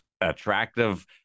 attractive